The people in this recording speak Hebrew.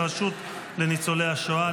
הרשות לניצולי השואה,